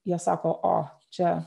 jie sako o čia